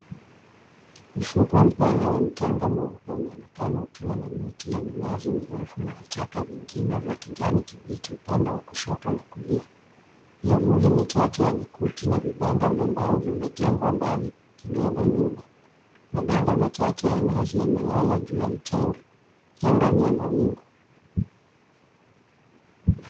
Ufukwe mpana wa mchanga mweupe unaonekana kuwa na miti ya minazi mirefu na vichaka vingine vya kijani kibichi upande wa kushoto na kulia. Miavuli michache ya makuti na vibanda vya mbao vimejengwa mbali kidogo nyuma. Maganda machache ya nazi yamelala juu ya mchanga. Anga ni ya mawingu.